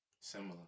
similar